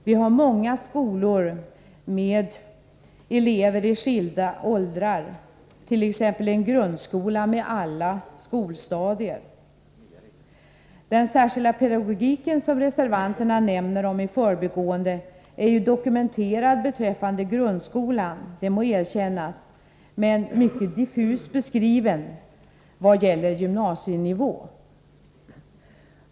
Vi har många skolor med elever i skilda åldrar, t.ex. en grundskola med alla skolstadier. Den särskilda pedagogiken, som reservanterna nämner om i förbigående, är ju dokumenterad beträffande grundskolan, det må erkännas, men mycket diffust beskriven vad gäller gymnasienivån.